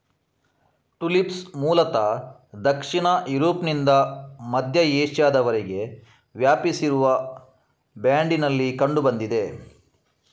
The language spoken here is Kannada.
ಟುಲಿಪ್ಸ್ ಮೂಲತಃ ದಕ್ಷಿಣ ಯುರೋಪ್ನಿಂದ ಮಧ್ಯ ಏಷ್ಯಾದವರೆಗೆ ವ್ಯಾಪಿಸಿರುವ ಬ್ಯಾಂಡಿನಲ್ಲಿ ಕಂಡು ಬಂದಿದೆ